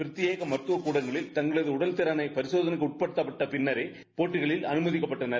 பிரத்யேக மருத்துவக் கூடங்களில் தங்களது உடல்திறனை பரிசோதனை உட்படுத்தப்பட்ட பின்னரே போட்டிகளில் அமைதிக்கப்பட்டனர்